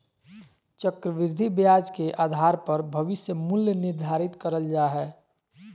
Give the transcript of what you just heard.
चक्रविधि ब्याज के आधार पर भविष्य मूल्य निर्धारित करल जा हय